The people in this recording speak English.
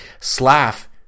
Slav